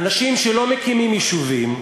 אנשים שלא מקימים יישובים,